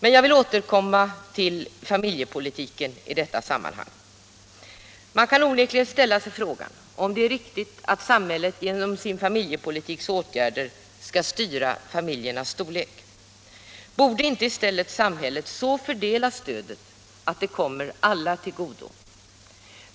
Men jag vill återkomma till familjepolitiken i detta sammanhang. Man kan fråga sig om det är riktigt att samhället genom familjepolitiska åtgärder skall styra familjernas storlek. Borde inte i stället samhället så fördela sitt stöd att det kommer alla till del?